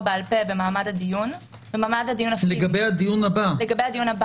בעל פה במעמד הדיון לגבי הדיון הבא.